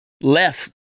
less